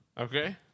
Okay